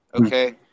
Okay